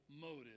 motive